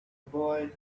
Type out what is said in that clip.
boy